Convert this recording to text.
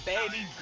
Baby